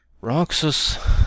Roxas